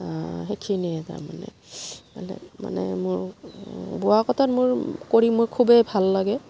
সেইখিনিয়ে তাৰমানেে মানে মোৰ বোৱা কটাত মোৰ কৰি মোৰ খুবেই ভাল লাগে